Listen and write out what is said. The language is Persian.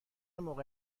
موقع